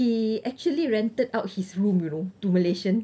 he actually rented out his room you know to malaysian